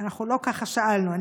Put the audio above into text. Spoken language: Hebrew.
אנחנו לא שאלנו ככה.